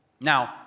Now